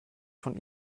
von